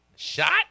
Shot